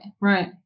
Right